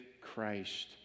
Christ